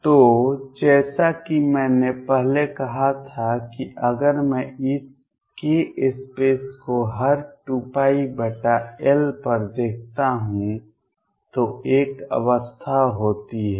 तो जैसा कि मैंने पहले कहा था कि अगर मैं इस k स्पेस को हर 2πL पर देखता हूं तो एक अवस्था होती है